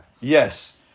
yes